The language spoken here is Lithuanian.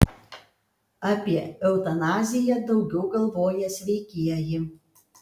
apie eutanaziją daugiau galvoja sveikieji